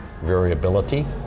variability